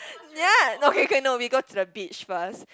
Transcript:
okay okay no we go to the beach first